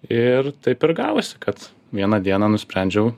ir taip ir gavosi kad vieną dieną nusprendžiau